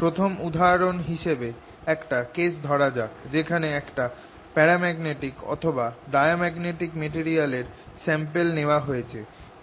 প্রথম উদাহরণ হিসেবে একটা কেস ধরা যাক যেখানে একটা প্যারাম্যাগনেটিক অথবা ডায়াম্যাগনেটিক মেটেরিয়াল এর স্যাম্পল নেওয়া হয়েছে